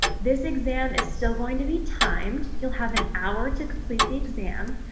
this exam is still going to be timed. you'll have an hour to complete the exam,